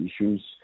issues